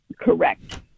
Correct